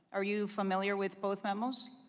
are you familiar with both memos?